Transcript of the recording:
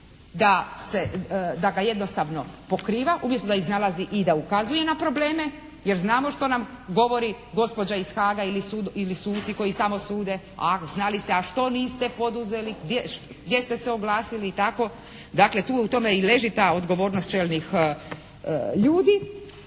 da ga jednostavno pokriva umjesto da iznalazi i da ukazuje na probleme jer znamo što nam govori gospođa iz Haaga ili suci koji tamo sude. A znali ste, a što niste poduzeli, gdje ste se oglasili i tako. Dakle, u tome i leži ta odgovornost čelnih ljudi.